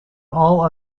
all